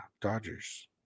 Dodgers